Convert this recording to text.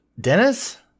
Dennis